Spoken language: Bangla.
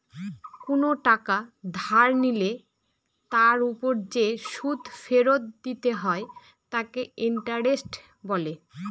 কোন টাকা ধার নিলে তার ওপর যে সুদ ফেরত দিতে হয় তাকে ইন্টারেস্ট বলে